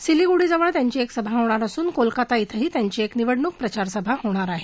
सिलीगुडीजवळ त्यांची एक सभा होणार असून कोलकाता इथंही त्यांची एक निवडणुकप्रचारसभा होणार आहे